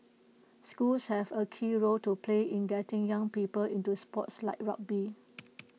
schools have A key role to play in getting young people into sports like rugby